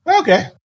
Okay